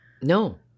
No